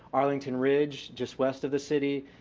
arlington ridge just west of the city,